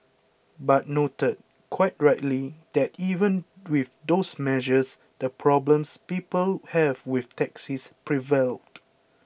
but noted quite rightly that even with those measures the problems people have with taxis prevailed